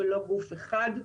ההלוואות, ולא גוף אחד.